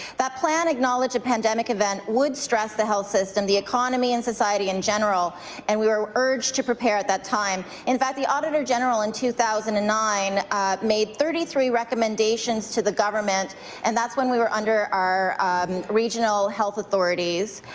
that plan acknowledged a pandemic event would stress the health system, the economy and set to in general and we were urged to prepare at that time. in fact, the auditor general in two thousand and nine made thirty three recommendations to the government and that's when we were under our regional health authorities.